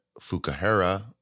Fukuhara